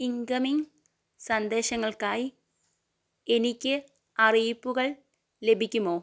incoming സന്ദേശങ്ങൾക്കായി എനിക്ക് അറിയിപ്പുകൾ ലഭിക്കുമോ